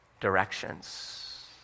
directions